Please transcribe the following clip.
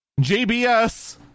JBS